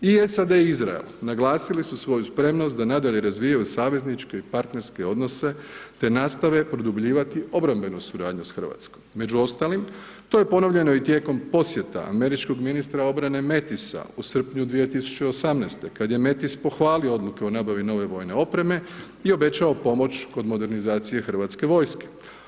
I SAD i Izrael naglasili su svoju spremnost da nadalje razvijaju savezničke i partnerske odnose te nastave produbljivati obrambenu suradnju s Hrvatskom, među ostalim to je ponovljeno i tijekom posjeta američkog ministra obrane Mattisa u srpnju 2018. kad je Mattis pohvalio odluke o nabavi nove vojne opreme i obećao pomoć kod modernizacije hrvatske vojske.